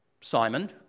Simon